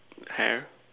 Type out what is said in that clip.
hair